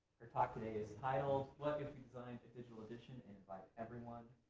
her talking today is titled, what if we designed a digital edition and invite everyone?